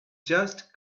just